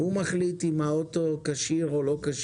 הוא מחליט אם האוטו כשיר או לא.